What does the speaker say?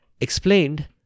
explained